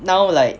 now like